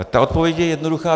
Ta odpověď je jednoduchá.